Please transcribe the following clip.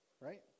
right